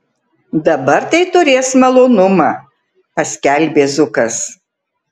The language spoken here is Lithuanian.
dabar tai turės malonumą paskelbė zukas